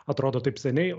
atrodo taip seniai